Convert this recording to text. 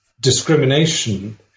discrimination